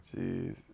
Jeez